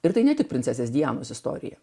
ir tai ne tik princesės dianos istorija